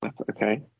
Okay